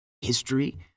history